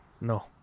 No